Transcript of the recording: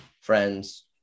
friends